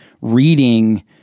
reading